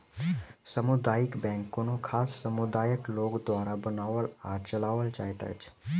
सामुदायिक बैंक कोनो खास समुदायक लोक द्वारा बनाओल आ चलाओल जाइत अछि